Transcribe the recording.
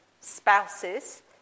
spouses